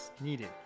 needed